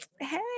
hey